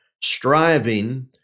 striving